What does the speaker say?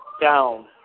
down